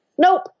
Nope